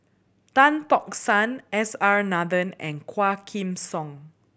Tan Tock San S R Nathan and Quah Kim Song